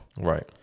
Right